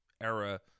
era